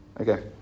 Okay